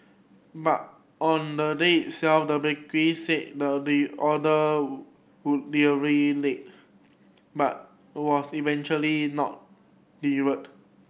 but on the day self the bakery said the the order would late but was eventually not delivered